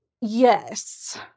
Yes